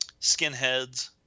skinheads